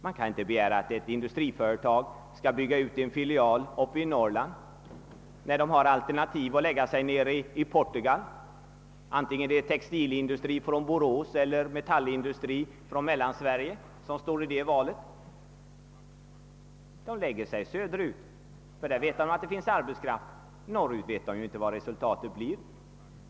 Vi kan inte begära att ett industriföretag — en textilindustri från Borås eller en metallindustri från Mellansverige — skall bygga upp en filial i Norrland när man har som alternativ att förlägga sin verksamhet till Portugal. Man söker sig söderut där man vet att det finns arbetskraft — i Norrland är det osäkert vad resultatet blir.